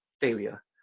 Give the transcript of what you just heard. failure